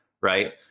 right